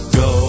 go